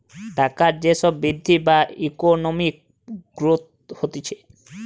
টাকার যে সব বৃদ্ধি বা ইকোনমিক গ্রোথ হতিছে